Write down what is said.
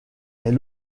est